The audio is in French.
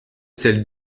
celle